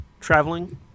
traveling